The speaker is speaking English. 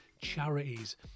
charities